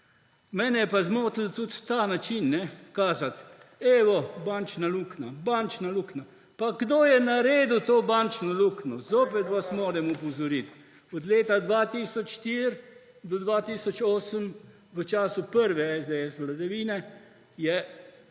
Mene je pa zmotil tudi ta način kazati, evo, bančna luknja, bančna luknja. Pa kdo je naredil to bančno luknjo? Zopet vas moram opozoriti. Od leta 2004 do 2008, v času prve SDS vladavine, je skupni